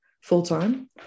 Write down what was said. full-time